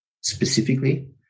specifically